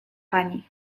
pani